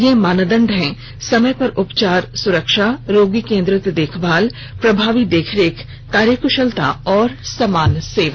ये मानदंड हैं समय पर उपचार सुरक्षा रोगी केन्द्रित देखभाल प्रभावी देख रेख कार्य कुशलता और समान सेवा